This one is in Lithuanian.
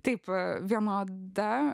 taip vienoda